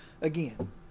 again